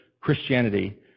Christianity